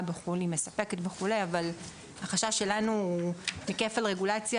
בחוץ לארץ היא מספקת וכולי אבל החשש שלנו הוא כפל רגולציה